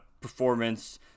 performance